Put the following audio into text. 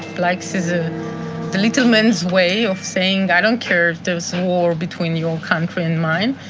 likes is ah the little man's way of saying, i don't care if there's war between your country and mine.